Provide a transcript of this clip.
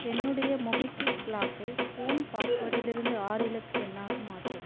என்னுடைய மொபிக்விக் லாக்கை ஃபோன் பாஸ்வேர்டிலிருந்து ஆறு இலக்கு எண்ணாக மாற்றவும்